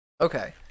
Okay